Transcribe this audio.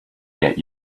get